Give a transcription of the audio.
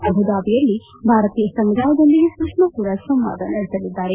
ಅಬುದಾಬಿಯಲ್ಲಿ ಭಾರತೀಯ ಸಮುದಾಯದೊಂದಿಗೆ ಸುಷ್ಯಾಸ್ವರಾಜ್ ಸಂವಾದ ನಡೆಸಲಿದ್ದಾರೆ